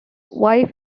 wife